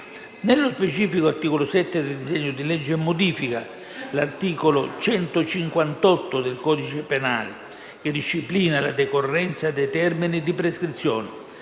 Nello specifico, l'articolo 7 del disegno di legge modifica l'articolo 158 del codice penale, che disciplina la decorrenza dei termini di prescrizione.